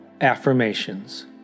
affirmations